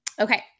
okay